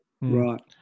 right